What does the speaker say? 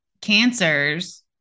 cancers